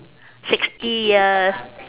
sixty years